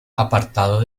apartado